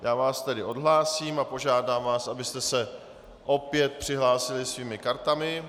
Já vás tedy odhlásím a požádám vás, abyste se opět přihlásili svými kartami.